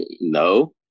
no